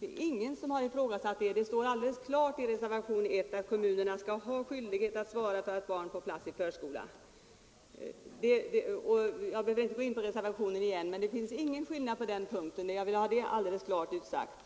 Det är ingen som har ifrågasatt den skyldigheten; det står alldeles klart i reservationen I att kommunerna skall ha skyldighet att svara för att barn får plats i förskolan. Jag behöver inte gå in på reservationen igen, men det finns ingen skillnad på den punkten, och jag vill ha det helt klart utsagt.